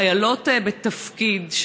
חיילות בתפקיד,